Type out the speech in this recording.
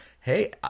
hey